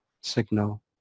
signal